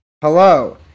hello